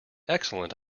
excellent